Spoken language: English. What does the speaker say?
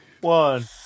one